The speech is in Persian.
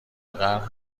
قهر